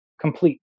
complete